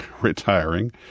retiring